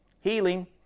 healing